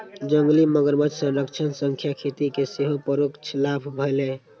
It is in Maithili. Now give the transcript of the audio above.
जंगली मगरमच्छ संरक्षण सं खेती कें सेहो परोक्ष लाभ भेलैए